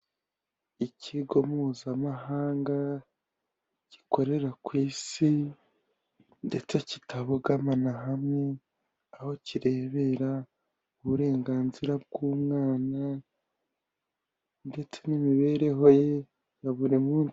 Ikigo mpuzamahanga gikorera ku isi ndetse kitabogama na hamwe aho kirebera uburenganzira bw' umwana ndetse n'imibereho ye ya buri munsi.